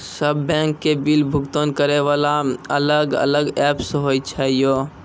सब बैंक के बिल भुगतान करे वाला अलग अलग ऐप्स होय छै यो?